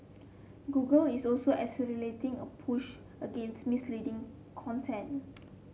Google is also accelerating a push against misleading content